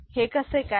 हे कसे काय